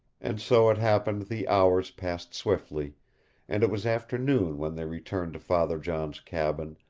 and so it happened the hours passed swiftly and it was afternoon when they returned to father john's cabin,